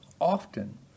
often